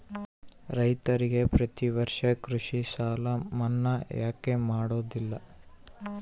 ರೈತರಿಗೆ ಪ್ರತಿ ವರ್ಷ ಕೃಷಿ ಸಾಲ ಮನ್ನಾ ಯಾಕೆ ಮಾಡೋದಿಲ್ಲ?